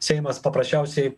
seimas paprasčiausiai